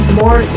more